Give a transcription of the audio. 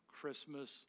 Christmas